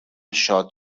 شاد